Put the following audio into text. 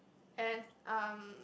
and um